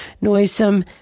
noisome